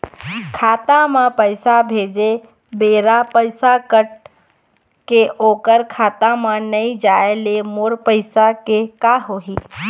खाता म पैसा भेजे के बेरा पैसा कट के ओकर खाता म नई जाय ले मोर पैसा के का होही?